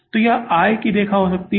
तो यह आय रेखा हो सकती है